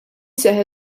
seħħ